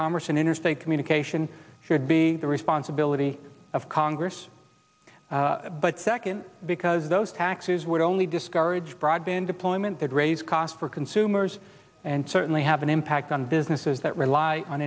commerce and interstate communication should be the responsibility of congress but second because those taxes would only discourage broadband deployment that raise costs for consumers and certainly have an impact on businesses that rely on